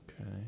okay